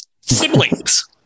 Siblings